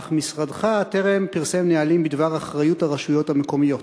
אך משרדך טרם פרסם נהלים בדבר אחריות הרשויות המקומיות.